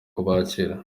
kubakira